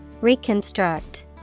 Reconstruct